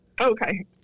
Okay